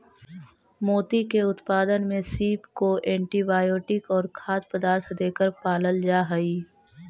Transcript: मोती के उत्पादन में सीप को एंटीबायोटिक और खाद्य पदार्थ देकर पालल जा हई